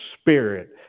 Spirit